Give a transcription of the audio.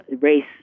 race